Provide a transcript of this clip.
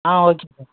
ah okay sir